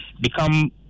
become